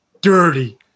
dirty